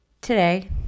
today